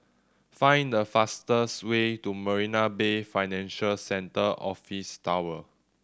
find the fastest way to Marina Bay Financial Centre Office Tower